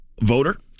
voter